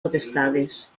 potestades